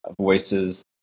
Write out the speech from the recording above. voices